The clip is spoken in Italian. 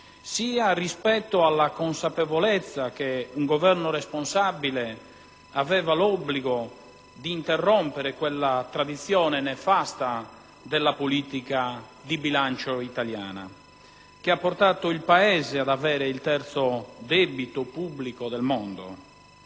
sia rispetto alla consapevolezza che un Governo responsabile aveva l'obbligo di interrompere quella tradizione nefasta della politica di bilancio italiana che ha portato il Paese ad avere il terzo debito pubblico del mondo.